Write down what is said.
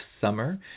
summer